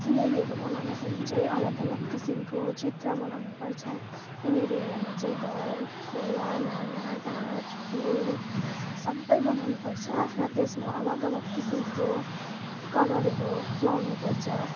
सिनेरीहरू बनाउँदाखेरि चाहिँ अलग अलग किसिमको चित्र बनाउनुपर्छ सिनेरीहरूमा चाहिँ घर खोला नाला गाछ फुल सबै बनाउनुपर्छ र त्यसमा अलग अलग किसिमको कलरहरू लगाउनुपर्छ